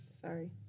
Sorry